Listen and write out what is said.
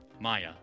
Maya